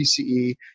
PCE